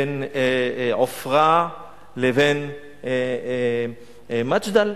בין עופרה לבין מג'דל.